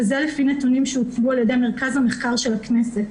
וזה לפי נתונים שהוצגו על ידי מרכז המחקר של הכנסת.